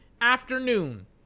afternoon